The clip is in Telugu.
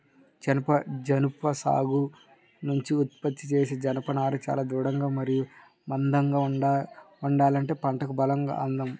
జనుము సాగు నుంచి ఉత్పత్తి చేసే జనపనార చాలా దృఢంగా మరియు మందంగా ఉండాలంటే పంటకి బలం అందాలి